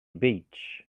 beach